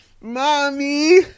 Mommy